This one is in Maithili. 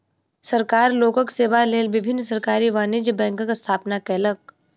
सरकार लोकक सेवा लेल विभिन्न सरकारी वाणिज्य बैंकक स्थापना केलक